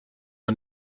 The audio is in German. man